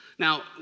Now